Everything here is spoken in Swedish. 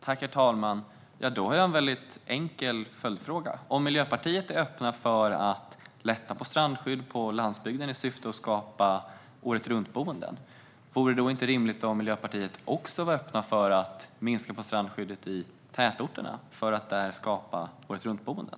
Herr talman! Då har jag en väldigt enkel följdfråga. Om man i Miljöpartiet är öppen för att lätta på strandskyddet på landsbygden i syfte att skapa åretruntboenden, är det då inte rimligt att man också vore öppen för att minska på strandskyddet i tätorterna för att där skapa åretruntboenden?